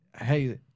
hey